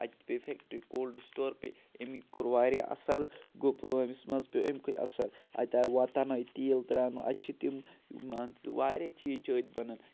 اَتہِ پے factory cold store پے امی کوٚر واریاہ اَثر گوٚو پُلوٲمِس منٛز پیوٚ امکُے اَثر اَتہِ آے واتناونہٕ تیٖل ترٛاونہٕ اَتہِ چھِ تِم مان ژٕ واریاہ چیٖز چھِ أتھۍ بَنان